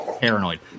paranoid